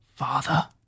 Father